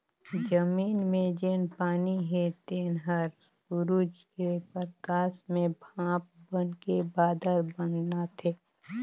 जमीन मे जेन पानी हे तेन हर सुरूज के परकास मे भांप बइनके बादर बनाथे